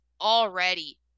already